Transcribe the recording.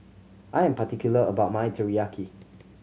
I am particular about my Teriyaki